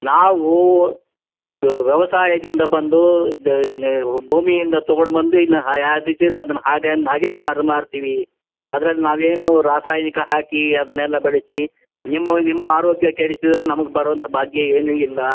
ನಾವೂ ವ್ಯವಸಾಯದಿಂದ ಬಂದು ಭೂಮಿಯಿಂದ ತಕೊಂಡು ಬಂದು ಇದನ್ನ ಯಾವ ಅದನ್ನು ಹಾಗಿಂದ ಹಾಗೆ ಮಾರಿ ಮಾರ್ತೀವಿ ಅದ್ರಲ್ಲಿ ನಾವೇನೂ ರಾಸಯನಿಕ ಹಾಕಿ ಅದನೆಲ್ಲ ಬಳಸಿ ನಿಮ್ಮ ನಿಮ್ಮ ಆರೋಗ್ಯ ಕೆಡಿಸಿದರೆ ನಮಗೆ ಬರೋವಂತ ಭಾಗ್ಯ ಏನು ಇಲ್ಲ